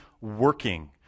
working